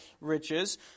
riches